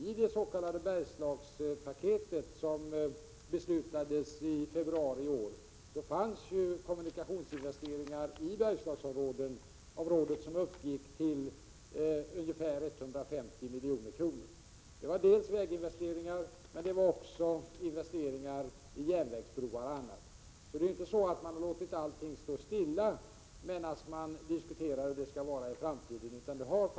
I det s.k. Bergslagspaket som beslutades i februari i år fanns ju kommunikationsinvesteringar i Bergslagsområdet som uppgick till ungefär 150 milj.kr. Det var dels väginvesteringar, dels investeringar i järnvägsbroar. Vi har inte låtit allt stå stilla medan vi har diskuterat hur det skall vara i framtiden.